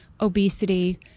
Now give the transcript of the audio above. obesity